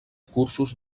cursos